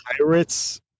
Pirates